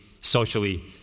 socially